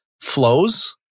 flows